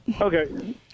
Okay